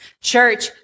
Church